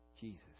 Jesus